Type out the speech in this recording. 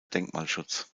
denkmalschutz